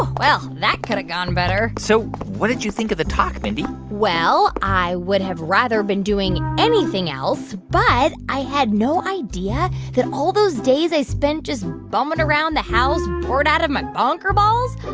ah well, that could've gone better so what did you think of the talk, mindy? well, i would have rather been doing anything else, but i had no idea that all those days i spent just bumming around the house, bored out of my bonkerballs,